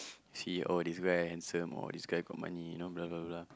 see oh this guy handsome or this guy got money you know blah blah blah